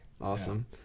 awesome